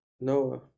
Noah